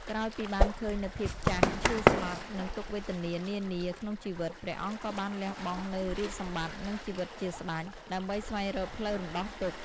ក្រោយពីបានឃើញនូវភាពចាស់ ឈឺ ស្លាប់ និងទុក្ខវេទនានានាក្នុងជីវិត ព្រះអង្គក៏បានលះបង់នូវរាជសម្បត្តិ និងជីវិតជាស្តេច ដើម្បីស្វែងរកផ្លូវរំដោះទុក្ខ។